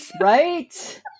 Right